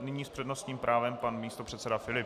Nyní s přednostním právem pan místopředseda Filip.